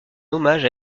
hommage